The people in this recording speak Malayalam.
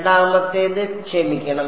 രണ്ടാമത്തേത് ക്ഷമിക്കണം